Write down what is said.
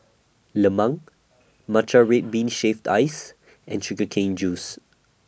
Lemang Matcha Red Bean Shaved Ice and Sugar Cane Juice